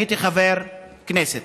הייתי חבר כנסת.